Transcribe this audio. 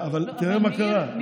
אבל תראה מה קרה,